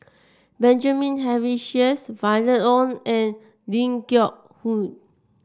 Benjamin Henry Sheares Violet Oon and Ling Geok Choon